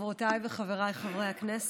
חברותיי וחבריי חברי הכנסת,